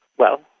well,